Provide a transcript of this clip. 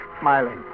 smiling